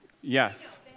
Yes